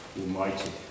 Almighty